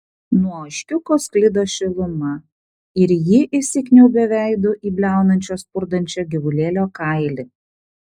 nuo ožkiuko sklido šiluma ir ji įsikniaubė veidu į bliaunančio spurdančio gyvulėlio kailį